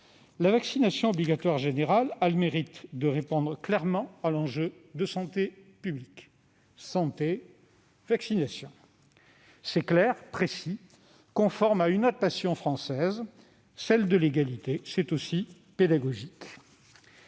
La vaccination obligatoire générale a le mérite de répondre clairement à l'enjeu de santé publique. Le dispositif est simple, précis, conforme à une autre passion française, celle de l'égalité. Il est aussi pédagogique.